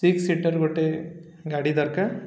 six seater ଗୋଟେ ଗାଡ଼ି ଦରକାର